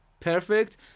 Perfect